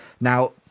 Now